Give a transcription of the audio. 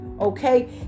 okay